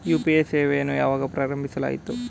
UPI ಸೇವೆಯನ್ನು ಯಾವಾಗ ಪ್ರಾರಂಭಿಸಲಾಯಿತು?